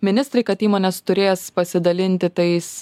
ministrai kad įmonės turės pasidalinti tais